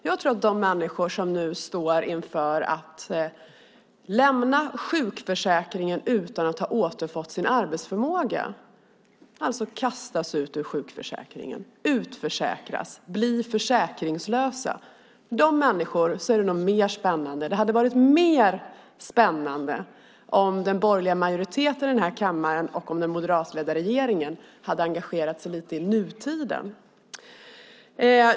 För de människor som nu står inför att lämna sjukförsäkringen utan att ha återfått sin arbetsförmåga, som alltså kastas ut ur sjukförsäkringen, utförsäkras och blir försäkringslösa, hade det nog varit mer spännande om den borgerliga majoriteten i den här kammaren och den moderatledda regeringen hade engagerat sig lite i nutiden.